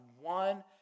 one